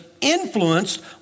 influenced